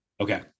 Okay